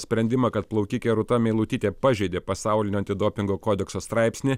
sprendimą kad plaukikė rūta meilutytė pažeidė pasaulinio antidopingo kodekso straipsnį